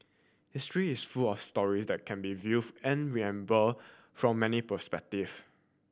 history is full of story that can be viewed and remember from many perspective